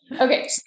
Okay